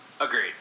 Agreed